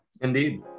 Indeed